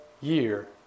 year